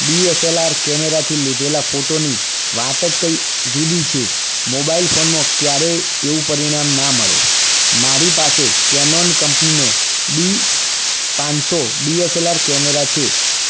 D S L R કેમેરાથી લીધેલા ફોટોની વાત જ કંઈ જુદી છે મોબઈલ ફોનમાં ક્યારેય એવું પરિણામ ના મળે મારી પાસે કેનોન કમ્પનીનો ડી પાંચસો D S L R camera છે